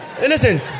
Listen